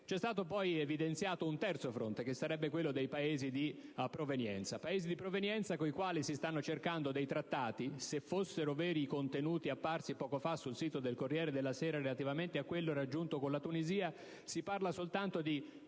Ci è stato poi evidenziato un terzo fronte, che sarebbe quello dei Paesi di provenienza, con i quali si sta cercando di concludere dei trattati. Se fossero veri i contenuti apparsi poco fa sul sito del «Corriere della Sera» relativamente a quello raggiunto con la Tunisia, si parla soltanto di